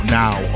now